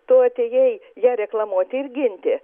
tu atėjai ją reklamuoti ir ginti